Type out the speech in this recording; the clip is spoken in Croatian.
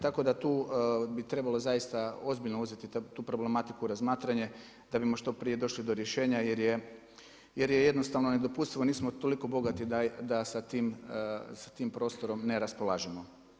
Tako da tu bi trebalo zaista ozbiljno uzeti tu problematiku, razmatranje, da bi što prije došli do rješenja jer je jednostavno nedopustivo, nismo toliko bogati da sa tim prostorom ne raspolažemo.